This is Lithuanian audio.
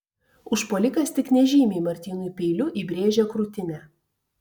užpuolikas tik nežymiai martynui peiliu įbrėžė krūtinę